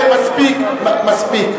מספיק.